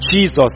Jesus